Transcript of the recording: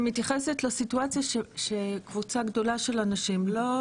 אני מתייחסת לסיטואציה שמגיעה קבוצה גדולה של אנשים ולא